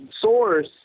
source